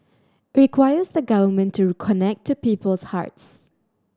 it requires the Government to connect to people's hearts